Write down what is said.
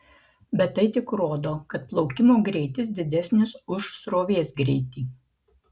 bet tai tik rodo kad plaukimo greitis didesnis už srovės greitį